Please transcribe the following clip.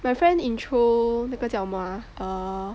my friend intro 那个叫什么啊 err